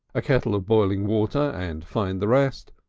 a kettle of boiling water and find the rest,